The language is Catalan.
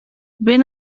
ben